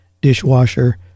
dishwasher